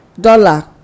dollar